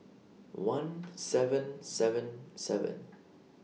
one seven seven seven